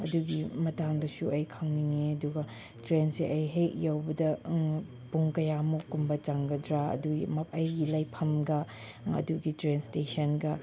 ꯑꯗꯨꯒꯤ ꯃꯇꯥꯡꯗꯁꯨ ꯑꯩ ꯈꯪꯅꯤꯡꯉꯦ ꯑꯗꯨꯒ ꯇ꯭ꯔꯦꯟꯁꯦ ꯍꯦꯛ ꯌꯧꯕꯗ ꯄꯨꯡ ꯀꯌꯥꯃꯨꯛꯀꯨꯝꯕ ꯆꯪꯒꯗ꯭ꯔꯥ ꯑꯗꯨꯒꯤ ꯑꯩꯒꯤ ꯂꯩꯐꯝꯒ ꯑꯗꯨꯒꯤ ꯇ꯭ꯔꯦꯟ ꯏꯁꯇꯦꯁꯟꯒ